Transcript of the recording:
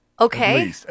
Okay